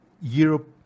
Europe